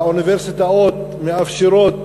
האוניברסיטאות מאפשרות